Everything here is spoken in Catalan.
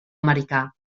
americà